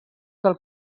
del